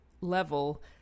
level